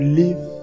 live